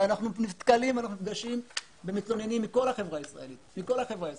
אבל אנחנו נתקלים ונפגשים במתלוננים מכל החברה הישראלית.